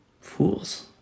Fools